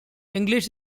english